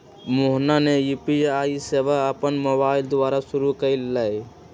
मोहना ने यू.पी.आई सेवा अपन मोबाइल द्वारा शुरू कई लय